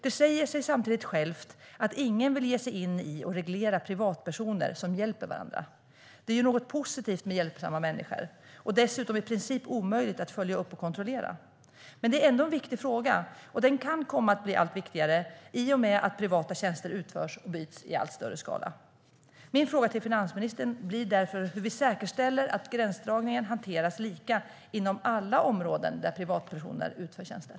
Det säger samtidigt sig självt att ingen vill ge sig in på att reglera privatpersoner som hjälper varandra; det är ju något positivt med hjälpsamma människor och dessutom i princip omöjligt att följa upp och kontrollera. Men det är ändå en viktig fråga, och den kan komma att bli allt viktigare i och med att privata tjänster utförs och byts i allt större skala. Min fråga till finansministern blir därför hur vi säkerställer att gränsdragningen hanteras lika inom alla områden där privatpersoner utför tjänster.